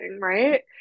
right